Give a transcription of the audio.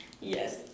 Yes